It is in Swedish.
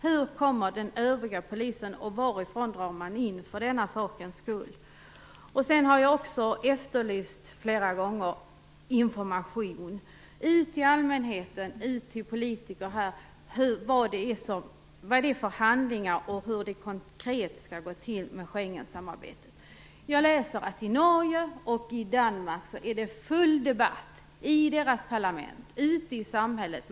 Varifrån drar man in pengar för den här sakens skull. Jag har också flera gånger efterlyst information till allmänheten och till politiker om vad det rör sig om för handlingar och hur det konkret skall gå till med Schengensamarbetet. Jag läser att i Norge och Danmark är det full debatt, i deras parlament, ute i samhället.